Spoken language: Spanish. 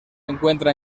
encuentra